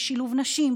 לשילוב נשים,